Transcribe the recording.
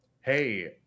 hey